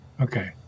Okay